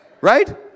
Right